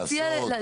לעשות?